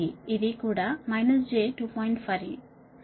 5 మరియు ఇక్కడ ఇది j 0